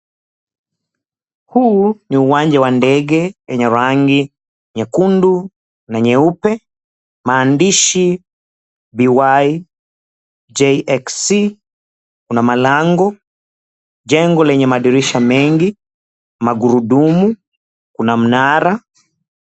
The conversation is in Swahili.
Huu ni uwanja wa ndege wenye rangi nyekundu na nyeupe, maandishi BYJXC, kuna mlango, jengo lenye madirisha mengi, magurudumu, kuna mnara.